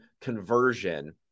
conversion